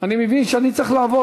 אני מבין שאני צריך לעבור